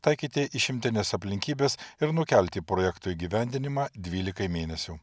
taikyti išimtines aplinkybes ir nukelti projekto įgyvendinimą dvylikai mėnesių